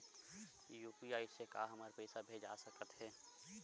UPI से का हमर पईसा भेजा सकत हे?